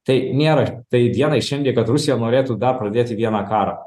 tai nėra tai dienai šiandien kad rusija norėtų dar pradėti vieną karą